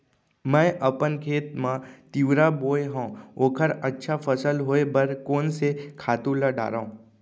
मैं अपन खेत मा तिंवरा बोये हव ओखर अच्छा फसल होये बर कोन से खातू ला डारव?